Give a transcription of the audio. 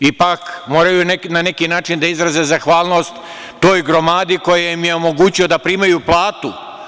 Ipak moraju na neki način da izraze zahvalnost toj gromadi koja im je omogućila da primaju platu.